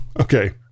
Okay